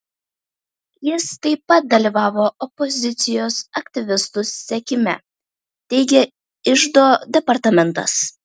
jis taip pat dalyvavo opozicijos aktyvistų sekime teigė iždo departamentas